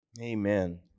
Amen